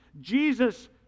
Jesus